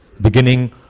beginning